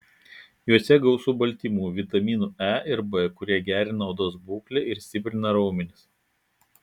juose gausu baltymų vitaminų e ir b kurie gerina odos būklę ir stiprina raumenis